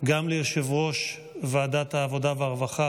גם ליושב-ראש ועדת העבודה והרווחה,